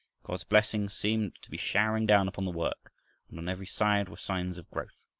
god's blessing seemed to be showering down upon the work and on every side were signs of growth.